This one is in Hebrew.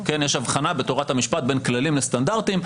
יש הבחנה בתורת המשפט בין כללים לסטנדרטים,